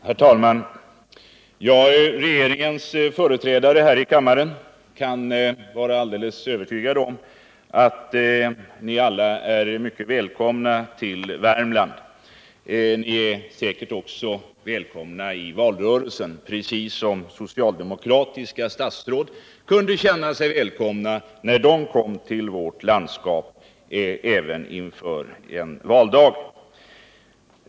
Herr talman! Till regeringens företrädare här i kammaren vill jag säga att de kan vara övertygade om att de alla är mycket välkomna till Värmland. De är välkomna också i samband med valrörelsen, precis som de socialdemokratiska statsråden kunde känna sig välkomna när de kom till vårt landskap inför en valdag.